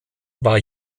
war